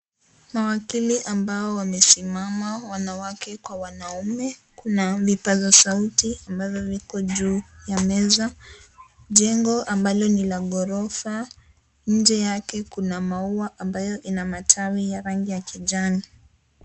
Mawakili ambao wamesimama; wanawake kwa wanaume. Kuna vipaza sauti ambavyo viko juu ya meza. Jengo ambalo ni la ghorofa, nje yake kuna maua ambayo ina matawi ya rangi ya kijani.